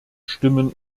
stimmen